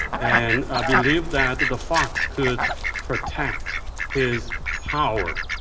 and ah believed that the fox could protect his power.